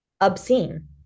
obscene